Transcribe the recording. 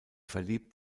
verliebt